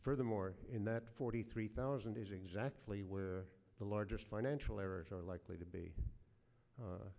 furthermore in that forty three thousand is exactly where the largest financial errors are likely to be